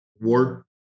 ward